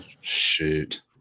Shoot